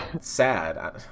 sad